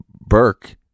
Burke